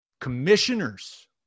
commissioners